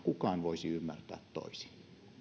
kukaan voisi ymmärtää toisin